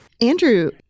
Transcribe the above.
Andrew